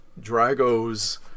Drago's